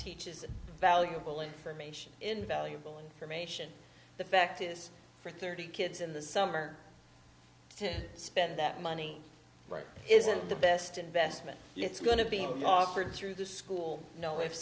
teaches a valuable information invaluable information the fact is for thirty kids in the summer to spend that money right isn't the best investment it's going to be offered through the school no